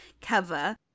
cover